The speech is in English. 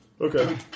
Okay